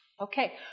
Okay